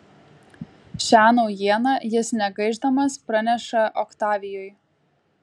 šią naujieną jis negaišdamas praneša oktavijui